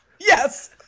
Yes